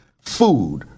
food